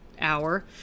hour